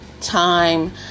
time